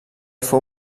fou